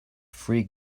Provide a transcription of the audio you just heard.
free